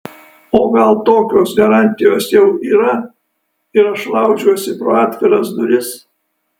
o gal tokios garantijos jau yra ir aš laužiuosi pro atviras duris